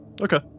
Okay